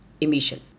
emission